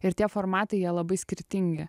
ir tie formatai jie labai skirtingi